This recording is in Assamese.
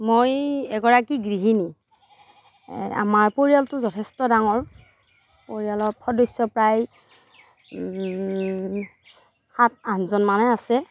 মই এগৰাকী গৃহিণী আমাৰ পৰিয়ালটো যথেষ্ট ডাঙৰ পৰিয়ালৰ সদস্য প্ৰায় সাত আঠজনমানে আছে